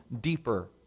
deeper